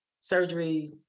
Surgery